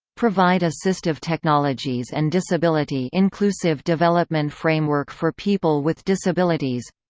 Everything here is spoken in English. provide assistive technologies and disability-inclusive development framework for people with disabilities